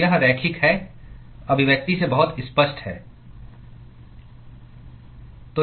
यह रैखिक है अभिव्यक्ति से बहुत स्पष्ट है